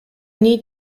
need